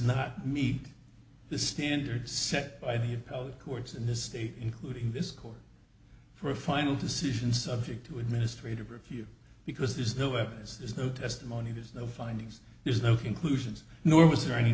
not meet the standards set by the appellate courts in this state including this court for a final decision subject to administrative review because there's no evidence there's no testimony there's no findings there's no conclusions nor was there any